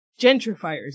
gentrifiers